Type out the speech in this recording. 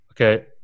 Okay